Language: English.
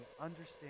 understand